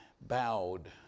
bowed